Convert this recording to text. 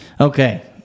Okay